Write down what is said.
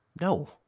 No